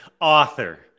Author